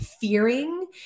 fearing